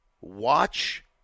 Watch